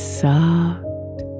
soft